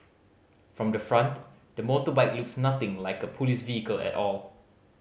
from the front the motorbike looks nothing like a police vehicle at all